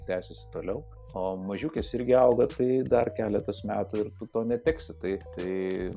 tęsis toliau a mažiukės irgi auga tai dar keletas metų ir tu to neteksi taip tai